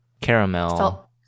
Caramel